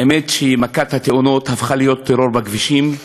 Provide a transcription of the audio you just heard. האמת היא שמכת התאונות הפכה להיות טרור בכבישים,